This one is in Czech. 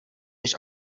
než